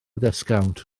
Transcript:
disgownt